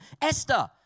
Esther